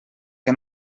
que